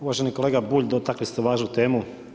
Uvaženi kolega Bulj, dotakli ste važnu temu.